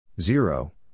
zero